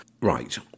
Right